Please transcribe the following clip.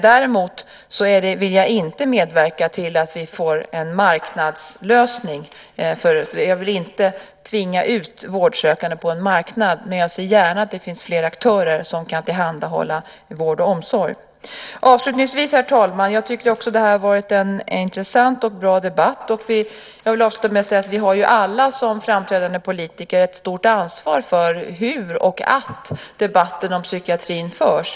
Däremot vill jag inte medverka till att vi får en marknadslösning. Jag vill inte tvinga ut vårdsökande på en marknad, men jag ser gärna att det finns flera aktörer som kan tillhandahålla vård och omsorg. Avslutningsvis, herr talman, vill jag säga att också jag tycker att det varit en intressant och bra debatt. Vi har alla som framträdande politiker ett stort ansvar för hur och att debatten om psykiatrin förs.